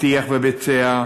הבטיח וביצע,